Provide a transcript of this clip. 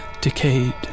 decayed